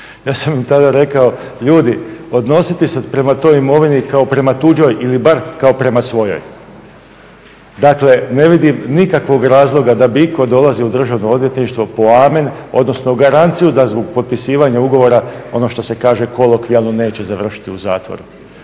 Ja sam im tada rekao ljudi odnositi se prema toj imovini kao prema tuđoj ili bar kao prema svojoj. Dakle ne vidim nikakvog razloga da bi itko dolazio u Državno odvjetništvo po Amen odnosno garanciju da zbog potpisivanja ugovora ono što se kaže kolokvijalno neće završiti u zatvoru.